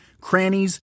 crannies